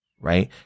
right